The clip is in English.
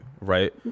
Right